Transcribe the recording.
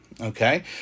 Okay